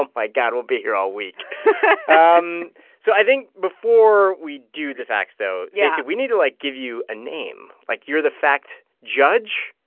my god. we'll be here all week um so i think before we do the facts, though. yeah stacey, so we need to, like, give you a name like, you're the fact judge